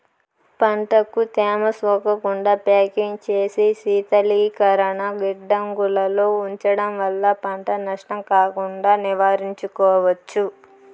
పంటకు తేమ సోకకుండా ప్యాకింగ్ చేసి శీతలీకరణ గిడ్డంగులలో ఉంచడం వల్ల పంట నష్టం కాకుండా నివారించుకోవచ్చు